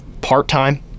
part-time